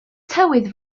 tywydd